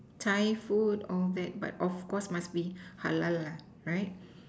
Thai food all that but of course must be halal lah right